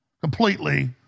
completely